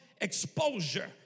exposure